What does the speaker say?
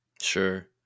Sure